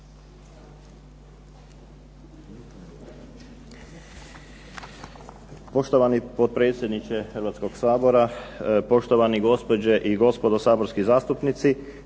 Poštovani potpredsjedniče Hrvatskoga sabora, poštovane gospođe i gospodo saborski zastupnici.